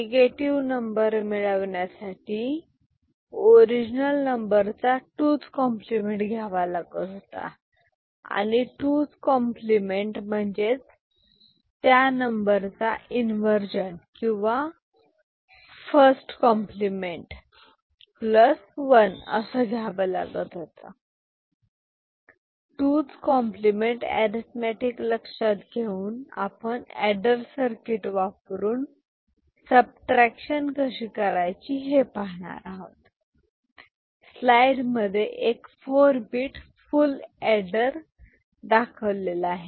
negative number मिळवण्यासाठी original नंबरचा 2s complement घ्यावा लागत होता आणि 2s कॉम्प्लिमेंट म्हणजेच त्या नंबरचा इन्वर्जन किंवा first complement plus one 2s complement 2s compliment arithmetic लक्षात घेऊन आपण एडर सर्किट वापरून सबट्रॅक्शन कशी करायची हे पाहणार आहोत स्लाइडमध्ये एक 4 bit फुल एडर दाखविला आहे